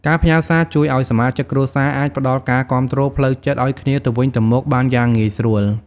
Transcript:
ការផ្ញើរសារជួយឱ្យសមាជិកគ្រួសារអាចផ្ដល់ការគាំទ្រផ្លូវចិត្តឱ្យគ្នាទៅវិញទៅមកបានយ៉ាងងាយស្រួល។